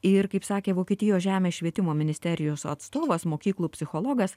ir kaip sakė vokietijos žemės švietimo ministerijos atstovas mokyklų psichologas